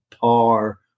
PAR